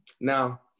Now